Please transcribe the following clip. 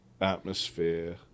atmosphere